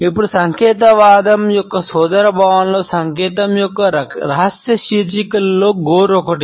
ఇప్పుడు సంకేతవాదం యొక్క సోదరభావంలో సంకేతం యొక్క రహస్య శీర్షికలలో గోరు ఒకటి